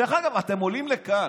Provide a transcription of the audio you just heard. דרך אגב, אתם עולים לכאן,